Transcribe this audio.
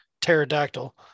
pterodactyl